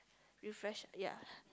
refresh ya